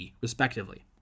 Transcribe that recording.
respectively